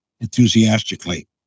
enthusiastically